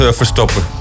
verstoppen